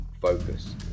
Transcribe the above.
focus